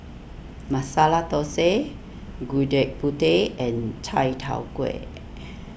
Masala Thosai Gudeg Putih and Chai Tow Kway